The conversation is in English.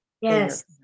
Yes